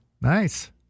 Nice